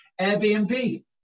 Airbnb